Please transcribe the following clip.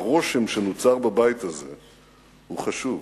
הרושם שנוצר בבית הזה הוא חשוב,